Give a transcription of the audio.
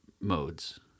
modes